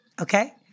Okay